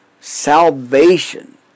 salvation